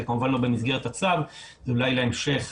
כמובן לא במסגרת הצו אלא אולי להמשך